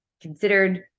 considered